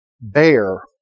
bear